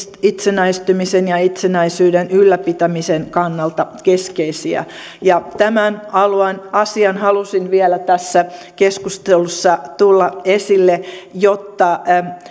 itsenäistymisen ja itsenäisyyden ylläpitämisen kannalta keskeisiä tämän asian halusin vielä tässä keskustelussa tuoda esille jotta